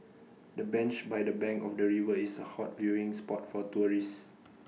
the bench by the bank of the river is A hot viewing spot for tourists